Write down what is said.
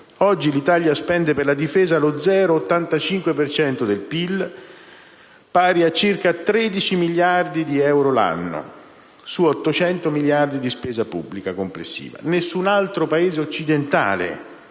Oggi l'Italia spende per la difesa lo 0,85 per cento del PIL, pari a circa 13 miliardi di euro l'anno, su 800 miliardi di spesa pubblica complessiva. Nessun altro Paese occidentale